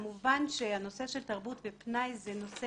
כמובן שהנושא של תרבות ופנאי זה נושא